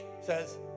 says